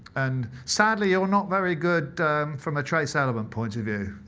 and sadly, you're not very good from a trace element point of view.